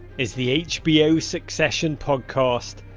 is the hbo succession podcast,